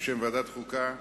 בשם ועדת החוקה,